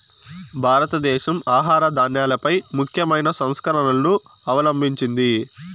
భారతదేశం ఆహార ధాన్యాలపై ముఖ్యమైన సంస్కరణలను అవలంభించింది